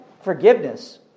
forgiveness